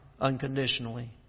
unconditionally